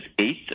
eighth